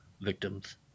victims